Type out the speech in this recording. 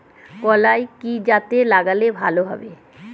কলাই কি জাতে লাগালে ভালো হবে?